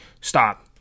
Stop